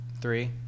three